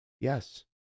Yes